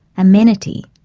amenity.